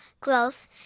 growth